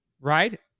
right